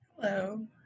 Hello